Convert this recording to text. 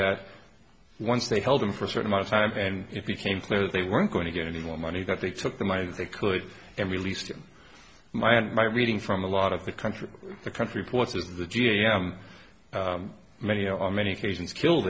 that once they held him for a certain amount of time and it became clear they weren't going to get any more money that they took the money that they could and released him my and my reading from a lot of the country the country what is the g a m many are many occasions kill